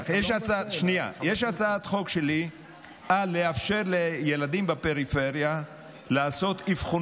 יש הצעת חוק שלי לאפשר לילדים בפריפריה לעשות אבחונים.